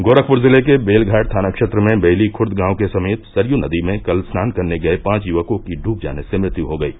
गोरखपुर जिले के बेलघाट थाना क्षेत्र में बेइली खुर्द गांव के समीप सरयू नदी में कल स्नान करने गये पांच युवकों की डूब जाने से मृत्यु हो गयी